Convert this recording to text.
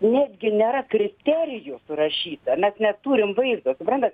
netgi nėra kriterijų surašyta mes neturim vaizdo suprantat